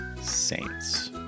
saints